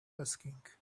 asking